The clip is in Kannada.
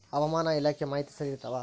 ಹವಾಮಾನ ಇಲಾಖೆ ಮಾಹಿತಿ ಸರಿ ಇರ್ತವ?